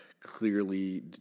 clearly